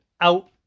out